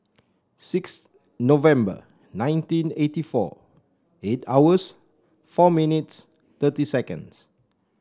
six November nineteen eighty four eight hours four minutes thirty seconds